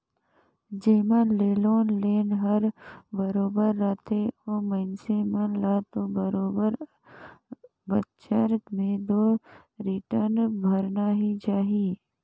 जेमन के लोन देन हर बरोबर रथे ओ मइनसे मन ल तो बरोबर बच्छर में के रिटर्न भरना ही चाही